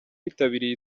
yitabiriye